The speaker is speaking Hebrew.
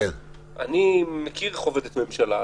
אני מכיר איך עובדת ממשלה.